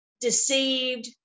deceived